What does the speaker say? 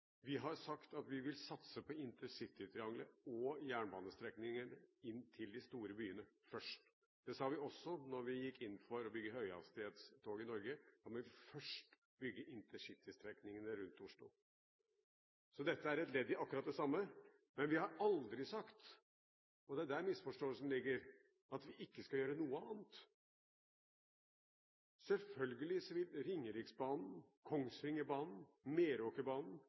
Vi har sagt at vi vil satse på intercitytriangelet og jernbanestrekningene inn til de store byene først. Det sa vi også da vi gikk inn for å bygge høyhastighetstog i Norge: Vi må først bygge intercitystrekningene rundt Oslo. Dette er et ledd i akkurat det samme. Men vi har aldri sagt – og det er der misforståelsen ligger – at vi ikke skal gjøre noe annet. Ringeriksbanen, Kongsvingerbanen, Meråkerbanen, Trønderbanen – mange banestrekninger i Norge vil selvfølgelig ha aktualitet framover i